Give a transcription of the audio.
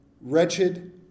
wretched